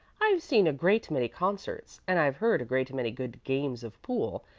i've seen a great many concerts, and i've heard a great many good games of pool,